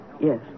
Yes